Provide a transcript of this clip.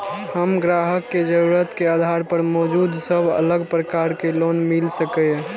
हम ग्राहक के जरुरत के आधार पर मौजूद सब अलग प्रकार के लोन मिल सकये?